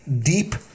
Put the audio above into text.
deep